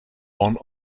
one